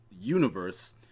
universe